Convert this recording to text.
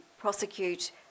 prosecute